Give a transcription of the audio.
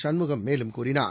சண்முகம் மேலும் கூறினார்